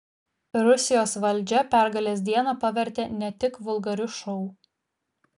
rusijos valdžia pergalės dieną pavertė ne tik vulgariu šou